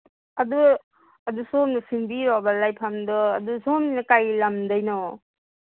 ꯑꯗꯨ ꯑꯗꯨ ꯁꯣꯝꯅ ꯁꯤꯟꯕꯤꯌꯣꯕ ꯂꯩꯐꯝꯗꯣ ꯑꯗꯨ ꯁꯣꯝꯅ ꯀꯩ ꯂꯝꯗꯩꯅꯣ